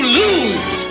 lose